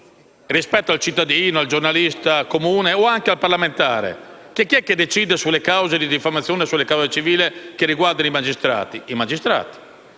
rispetto al cittadino, al giornalista comune o anche la parlamentare: chi decide sulle cause di diffamazione o sulle cause civili che riguardano i magistrati, sono